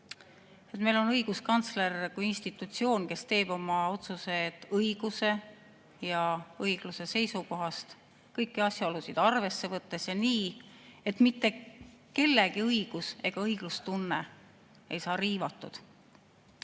meil on õiguskantsler kui institutsioon, kes teeb oma otsused õiguse ja õigluse seisukohast, kõiki asjaolusid arvesse võttes ja nii, et mitte kellegi õigus‑ ega õiglustunne ei saa riivatud.